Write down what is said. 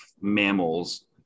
mammals